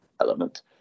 element